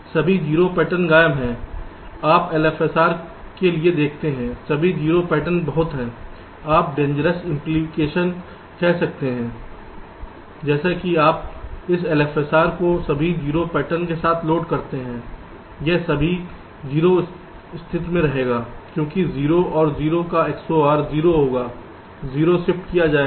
सभी 0 पैटर्न गायब है आप LFSR के लिए देखते हैं सभी 0 पैटर्न बहुत हैं आप डेंजरस इंप्लीकेशन कह सकते हैं जैसे ही आप इस LFSR को सभी 0 पैटर्न के साथ लोड करते हैं यह सभी 0 स्थिति में रहेगा क्योंकि 0 और 0 का XOR 0 होगा 0 शिफ्ट किया जाएगा